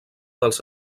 dels